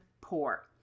poor